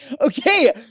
Okay